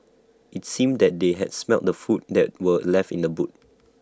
IT seemed that they had smelt the food that were left in the boot